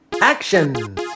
action